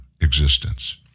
existence